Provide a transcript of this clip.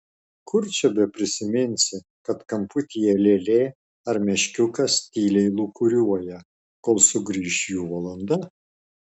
kur čia beprisiminsi kad kamputyje lėlė ar meškiukas tyliai lūkuriuoja kol sugrįš jų valanda